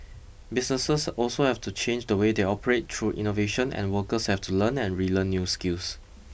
businesses also have to change the way they operate through innovation and workers have to learn and relearn new skills